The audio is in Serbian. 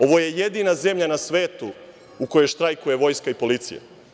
Ovo je jedina zemlja na svetu u kojoj štrajkuje vojska i policija.